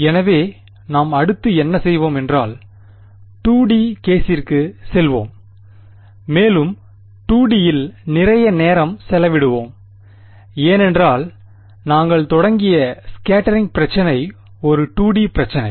எனவே நாம் அடுத்து என்ன செய்வோம் என்றால் 2 டி கேசிற்கு செல்வோம் மேலும் 2 டி யில் நிறைய நேரம் செலவிடுவோம் ஏனென்றால் நாங்கள் தொடங்கிய ஸ்கேட்டரிங் பிரச்சினை ஒரு 2 டி பிரச்சினை